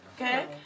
okay